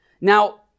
Now